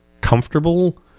comfortable